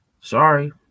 Sorry